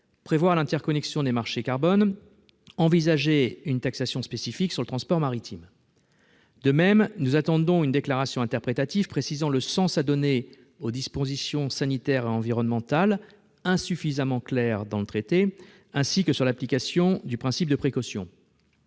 serre, l'interconnexion des marchés carbone, et une taxation spécifique sur le transport maritime. De même, nous attendons une déclaration interprétative précisant le sens à donner aux dispositions sanitaires et environnementales insuffisamment claires dans le traité, ainsi que l'application du principe de précaution.